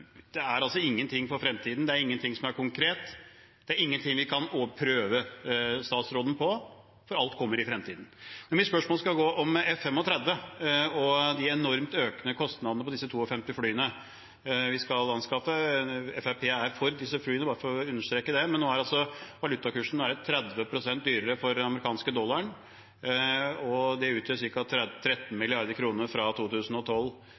Det er altså ingenting for fremtiden, det er ingenting som er konkret, det er ingenting vi kan prøve statsråden på – for alt kommer i fremtiden. Mitt spørsmål skal gå på F-35 og de enormt økende kostnadene på de 52 flyene vi skal anskaffe. Fremskrittspartiet er for disse flyene, bare for å understreke det, men nå er valutakursen 30 pst. dyrere for amerikanske dollar, og det utgjør ca. 13 mrd. kr fra 2012.